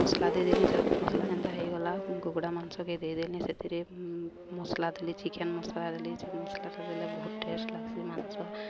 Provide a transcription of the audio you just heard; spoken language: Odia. ମସଲା ଦେଇଦେଲି ସେ ମସଲା ଯେନ୍ତା ହେଇଗଲା କୁକୁଡ଼ା ମାଂସକେ ଦେଇଦେଲି ସେଥିରେ ମସଲା ଦେଲି ଚିକେନ୍ ମସଲା ଦେଲି ସେ ମସଲାଟା ଦେଲେ ବହୁତ ଟେଷ୍ଟ୍ ଲାଗ୍ସି ମାଂସ